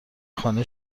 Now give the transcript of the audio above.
خانه